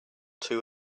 too